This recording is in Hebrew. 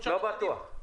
לא בטוח.